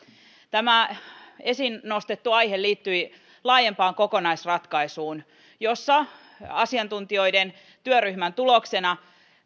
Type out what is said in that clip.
tämä esiin nostettu aihe liittyi laajempaan kokonaisratkaisuun jossa asiantuntijoiden työryhmän tuloksena